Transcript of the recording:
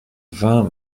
vingt